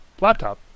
laptop